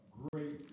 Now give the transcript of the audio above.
great